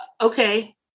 okay